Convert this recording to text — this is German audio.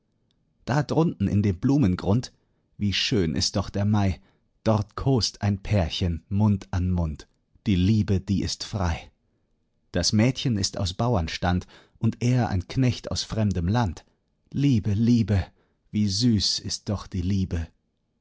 da drunten in dem blumengrund wie schön ist doch der mai dort kost ein pärchen mund an mund die liebe die ist frei das mädchen ist aus bauernstand und er ein knecht aus fremdem land liebe liebe wie süß ist doch die liebe